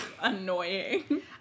annoying